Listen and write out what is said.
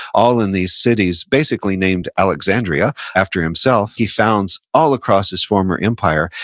all in these cities, basically named alexandria, after himself, he founds all across his former empire,